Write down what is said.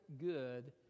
good